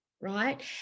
right